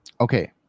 okay